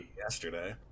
yesterday